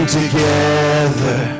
together